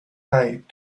night